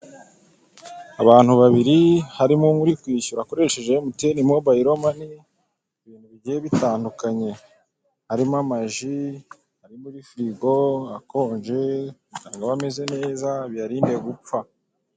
Abantu babiri harimo umwe uri kwishyura akoresheje emutiyene mobayiro mani ibintu bigiye bitandukanye, harimo amaji, ari muri firigo akonje, aba ameze neza biyarinde gupfa.